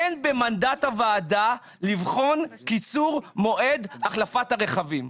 אין במנדט הוועדה לבחון קיצור מועד החלפת הרכבים".